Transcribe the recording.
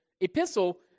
epistle